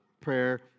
Prayer